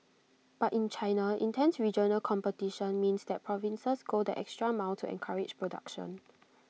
but in China intense regional competition means that provinces go the extra mile to encourage production